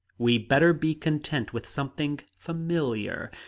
we'd better be content with something familiar.